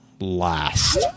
last